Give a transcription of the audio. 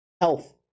health